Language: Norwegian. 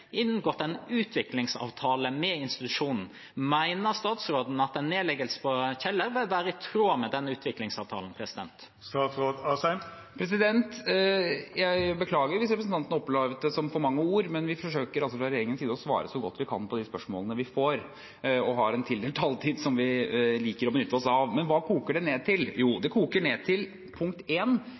tråd med den utviklingsavtalen? Jeg beklager hvis representanten opplevde det som for mange ord, men vi forsøker fra regjeringens side å svare så godt vi kan på de spørsmålene vi får – og vi har en tildelt taletid som vi liker å benytte oss av. Men hva koker det ned til? Jo, det koker for det første ned til at vi har en